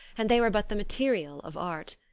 and they were but the material of art.